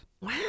Wow